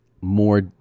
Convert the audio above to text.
more